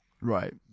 Right